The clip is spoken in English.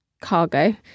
cargo